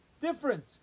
different